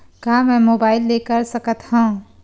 का मै मोबाइल ले कर सकत हव?